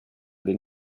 den